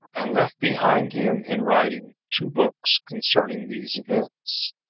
and left behind him in writing two books concerning these events.